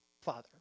Father